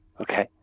Okay